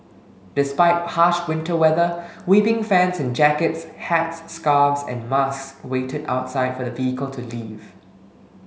despite harsh winter weather weeping fans in jackets hats scarves and masks waited outside for the vehicle to leave